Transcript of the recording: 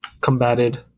combated